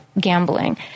gambling